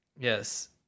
Yes